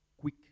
quick